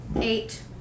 eight